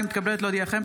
אני מתכבדת להודיעכם,